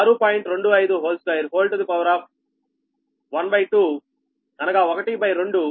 252 12 6